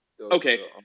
Okay